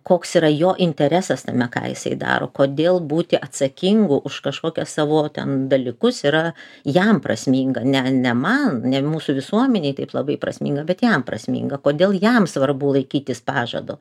koks yra jo interesas tame ką jisai daro kodėl būti atsakingu už kažkokią savo ten dalykus yra jam prasminga ne ne man ne mūsų visuomenei taip labai prasminga bet jam prasminga kodėl jam svarbu laikytis pažado